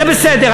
זה בסדר.